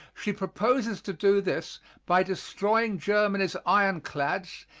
she proposes to do this by destroying germany's ironclads,